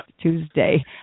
Tuesday